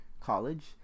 college